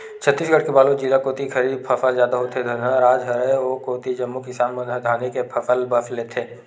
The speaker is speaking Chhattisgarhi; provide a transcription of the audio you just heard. छत्तीसगढ़ के बलोद जिला कोती तो खरीफ फसल जादा होथे, धनहा राज हरय ओ कोती जम्मो किसान मन ह धाने के फसल बस लेथे